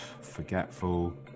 forgetful